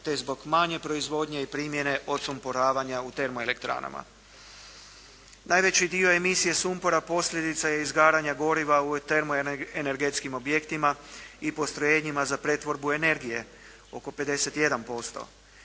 te zbog manje proizvodnje i primjene osumporavanja u termoelektranama. Najveći dio emisije sumpora posljedica je izgaranja goriva u termoenergetskim objektima i postrojenjima za pretvorbu energije, oko 51